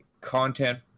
content